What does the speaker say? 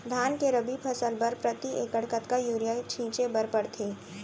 धान के रबि फसल बर प्रति एकड़ कतका यूरिया छिंचे बर पड़थे?